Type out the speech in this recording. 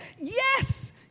yes